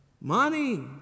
Money